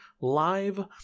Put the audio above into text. live